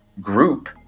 group